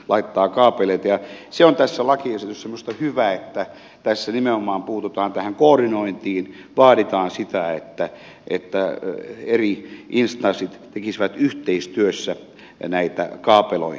se on tässä lakiesityksessä minusta hyvää että tässä puututaan nimenomaan tähän koordinointiin vaaditaan sitä että eri instanssit tekisivät yhteistyössä näitä kaapelointeja